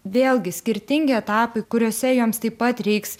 vėlgi skirtingi etapai kuriuose joms taip pat reiks